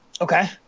Okay